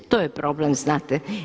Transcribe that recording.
To je problem, znate.